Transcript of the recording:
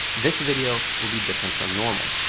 this video will be different from normal,